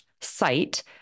site